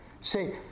say